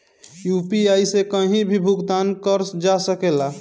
UPI से कहीं भी भुगतान कर जा सकेला?